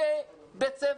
זה בית ספר.